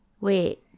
Wait